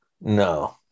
No